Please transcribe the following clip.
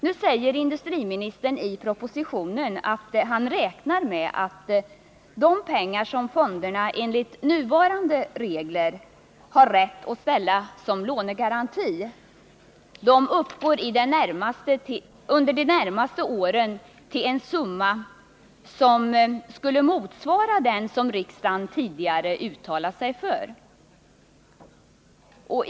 Nu säger industriministern i propositionen att han räknar med, att under de närmaste åren de belopp som fonderna enligt nuvarande regler har rätt att ställa som lånegaranti kommer att uppgå till en summa som skulle motsvara den som riksdagen tidigare har uttalat sig för.